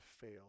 fail